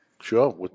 sure